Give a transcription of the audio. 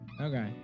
okay